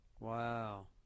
Wow